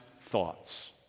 thoughts